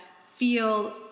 feel